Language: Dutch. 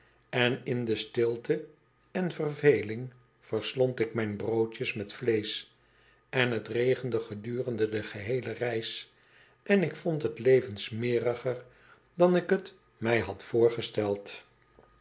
en in stilte en verveling verslond ik mijn broodjes met vleesch en t regende gedurende de geheele reis en ik vond t leven smeriger dan ik t mg had voorgesteld